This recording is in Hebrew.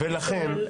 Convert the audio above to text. ולכן,